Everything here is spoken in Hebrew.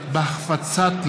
המשפט?